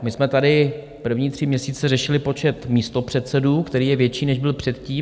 My jsme tady první tři měsíce řešili počet místopředsedů, který je větší, než byl předtím.